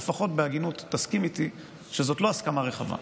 לפחות בהגינות תסכים איתי שזאת לא הסכמה רחבה.